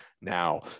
now